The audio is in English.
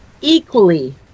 equally